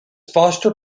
foster